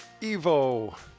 Evo